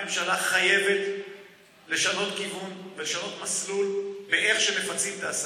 הממשלה חייבת לשנות כיוון ולשנות מסלול באיך מפצים את העסקים.